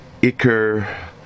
Iker